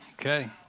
Okay